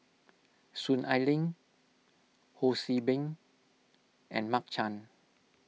Soon Ai Ling Ho See Beng and Mark Chan